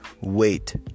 Wait